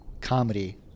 Comedy